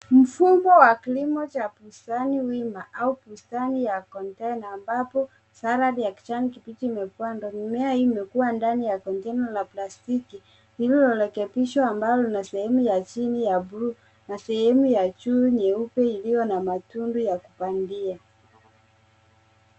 Mfumo wa kilimo cha bustani wima au bustani ya kijani container ambapo salad ya kijani kibichi imepandwa. Mimea hii imekuwa ndani ya container ya pastiki lililorekebishwa ambalo lina sehemu ya chini ya blue na sehemu ya juu nyeupe iliyo na matundu ya kupandia.